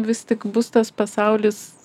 vis tik bus tas pasaulis